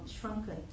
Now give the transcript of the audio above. shrunken